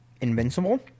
invincible